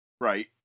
right